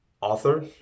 Author